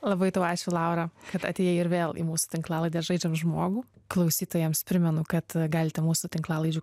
labai tau ačiū laura kad atėjai ir vėl į mūsų tinklalaides žaidžiam žmogų klausytojams primenu kad galite mūsų tinklalaidžių